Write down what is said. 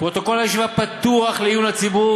פרוטוקול הישיבה פתוח לעיון הציבור